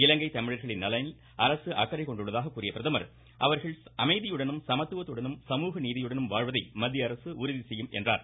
இலங்கை தமிழர்களின் நலனில் அரசு அக்கறை கொண்டுள்ளதாக கூறிய பிரதமர் அவர்கள் அமைதியுடனும் சமத்துவத்துடனும் சமூகநீதியுடனும் வாழ்வதை மத்திய அரசு உறுதி செய்யும் என்றார்